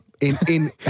In-in